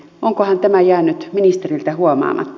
onkohan tämä jäänyt ministeriltä huomaamatta